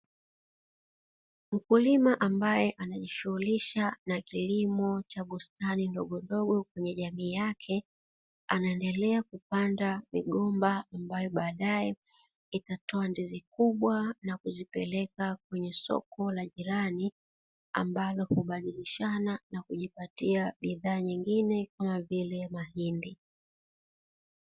Mkulima ambaye anajishughulisha na kilimo cha bustani ndogo ndogo kwenye jamii yake anaendelea kupanda migomba ambayo baadae itatoa ndizi kubwa na kuzipeleka kwenye soko la jirani ambalo hubadilishana na kujipatia bidhaa nyingine kama vile mahindi.